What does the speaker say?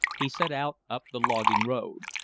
he set out up the logging road.